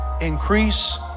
increase